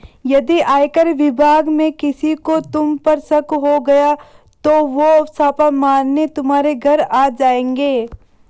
यदि आयकर विभाग में किसी को तुम पर शक हो गया तो वो छापा मारने तुम्हारे घर आ जाएंगे